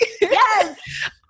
Yes